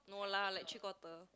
no lah like three quarter